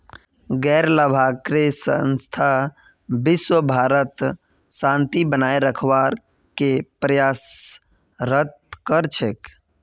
गैर लाभकारी संस्था विशव भरत शांति बनए रखवार के प्रयासरत कर छेक